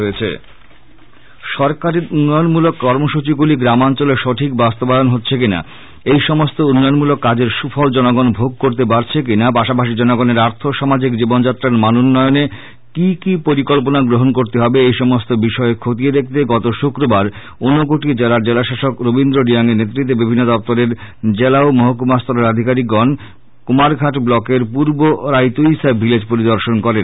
কুমার ঘাট সরকারের উন্নয়নমূলক কর্মসচিগুলি গ্রামাঞ্চলে সঠিক বাস্তবায়ন হচ্ছে কিনা এই সমস্ত উন্নয়নমূলক কাজের সুফল জনগন ভোগ করতে পারছে কিনা পাশাপাশি জনগনের অর্থ সামাজিক জীবনযাত্রার মানোন্নয়নে কি কি পরিকল্পনা গ্রহন করতে হবে এইসমস্ত বিষয় খতিয়ে দেখতে গত শুক্রবার সকাল থেকে ঊনকোটি জেলার জেলাশাসক রবীন্দ্র রিয়াং এর নেতৃত্বে বিভিন্ন দপ্তরের জেলা ও মহকুমা স্তরের আধিকারিকগণ কুমারঘাট ব্লকের পূর্ব রাইতুইসা ভিলেজ পরিদর্শন করেন